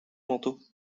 manteau